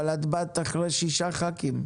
אבל את באת אחרי שישה ח"כים.